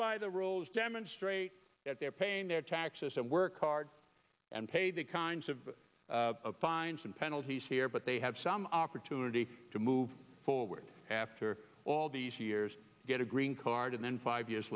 by the rules demonstrate that they're paying their taxes and work hard and pay the kinds of fines and penalties here but they have some opportunity to move forward after all these years to get a green card and then five years